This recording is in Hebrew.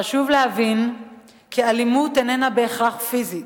חשוב להבין שאלימות איננה בהכרח פיזית.